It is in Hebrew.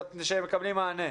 אז מקבלים מענה.